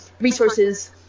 resources